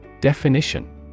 Definition